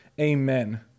Amen